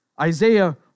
Isaiah